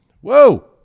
whoa